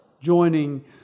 joining